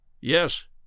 Yes